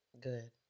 good